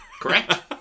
Correct